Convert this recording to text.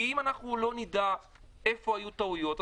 כי אם אנחנו לא נדע איפה היו טעויות,